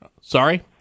Sorry